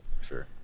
sure